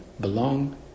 belong